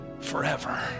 forever